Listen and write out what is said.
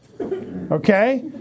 Okay